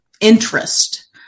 interest